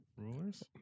Rulers